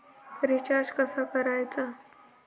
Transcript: Recharge कसा करायचा?